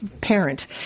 parent